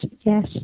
yes